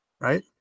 right